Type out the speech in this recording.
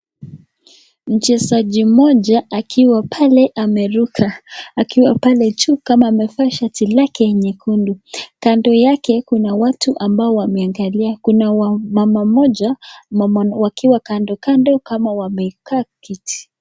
Mchesaji mmoja akiwa pale ameruka, akiwa pale chuu kama amevaa shati lake nyekundu, kando yake kuna watu ambao wameangalia, kuna wa mama mmoja wakiwa kando kando, kama wamekaa, kiti.